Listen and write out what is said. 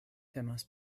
temas